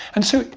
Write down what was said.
and so,